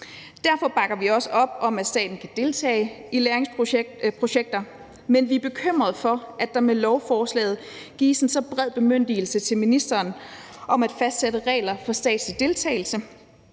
Derfor bakker vi også op om, at staten kan deltage i lagringsprojekter, men vi er bekymrede for, at der med lovforslaget gives en så bred bemyndigelse til ministeren om at fastsætte regler for statslig deltagelse.